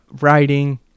writing